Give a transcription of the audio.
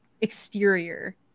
exterior